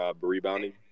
rebounding